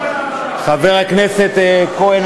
חבר הכנסת כהן,